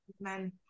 men